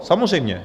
Samozřejmě.